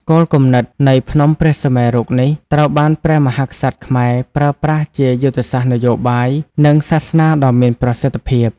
គោលគំនិតនៃភ្នំព្រះសុមេរុនេះ ត្រូវបានព្រះមហាក្សត្រខ្មែរប្រើប្រាស់ជាយុទ្ធសាស្ត្រនយោបាយ និងសាសនាដ៏មានប្រសិទ្ធភាព។